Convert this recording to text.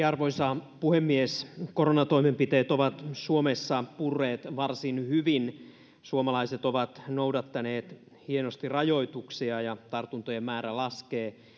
arvoisa puhemies koronatoimenpiteet ovat suomessa purreet varsin hyvin suomalaiset ovat noudattaneet hienosti rajoituksia ja tartuntojen määrä laskee